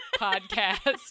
podcast